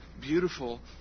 beautiful